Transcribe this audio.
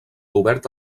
obert